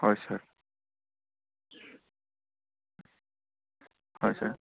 হয় ছাৰ হয় ছাৰ